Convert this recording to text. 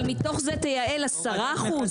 ומתוך זה תייעל 10%?